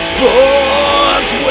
Sports